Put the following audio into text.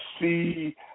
see